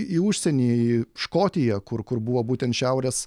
į užsienį į škotiją kur kur buvo būtent šiaurės